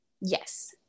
yes